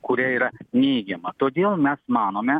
kuri yra neigiama todėl mes manome